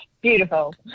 beautiful